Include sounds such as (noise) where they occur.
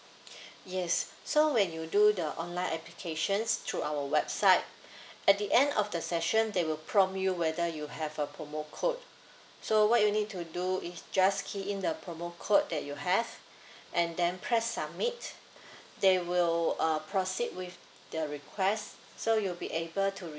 (breath) yes so when you do the online applications through our website at the end of the session they will prompt you whether you have a promo code so what you need to do is just key in the promo code that you have and then press submit they will uh proceed with the request so you'll be able to